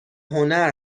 هنر